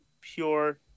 pure